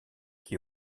qui